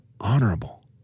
honorable